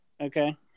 Okay